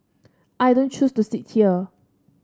I don't choose to sit here